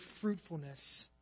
fruitfulness